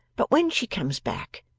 but when she comes back,